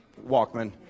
Walkman